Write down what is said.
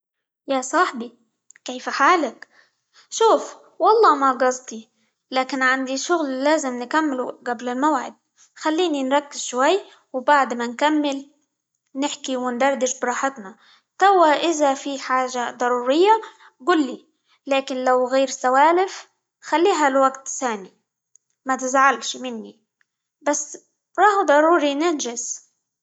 يا صاحبي كيف حالك؟ شوف والله ما قصدي لكن عندي شغل لازم نكمله قبل الموعد، خليني نركز شوي، وبعد ما نكمل، نحكي، وندردش براحتنا، توا إذا في حاجة ضرورية قل لي، لكن لو غير سوالف خليها لوقت ثاني، ما تزعلش مني، بس راهو ضروري ننجز.